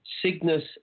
Cygnus